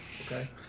Okay